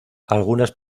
algunas